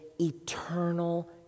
eternal